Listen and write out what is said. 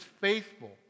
faithful